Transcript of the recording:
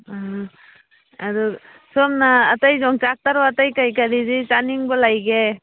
ꯎꯝ ꯑꯗꯨ ꯁꯣꯝꯅ ꯑꯇꯩ ꯌꯣꯡꯆꯥꯛꯇꯔꯣ ꯑꯇꯩ ꯀꯔꯤ ꯀꯔꯤꯗꯤ ꯆꯥꯅꯤꯡꯕ ꯂꯩꯒꯦ